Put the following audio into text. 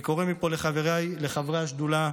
אני קורא מפה לחבריי חברי השדולה,